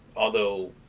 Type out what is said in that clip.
although